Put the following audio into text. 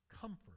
Comfort